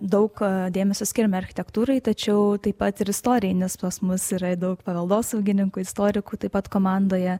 daug dėmesio skiriame architektūrai tačiau taip pat ir istorijai nes pas mus yra daug paveldosaugininkų istorikų taip pat komandoje